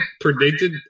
predicted